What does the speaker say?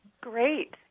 Great